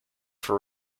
for